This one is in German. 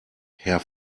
herr